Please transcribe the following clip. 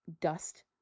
dust